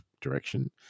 direction